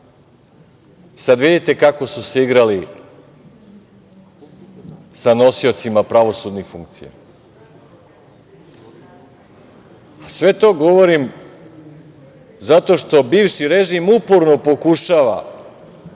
Sad vidite kako su se igrali sa nosiocima pravosudnih funkcija. Sve to govorim zato što bivši režim uporno pokušava